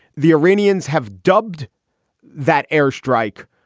the iranians have dubbed that airstrike,